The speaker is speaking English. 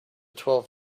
twelve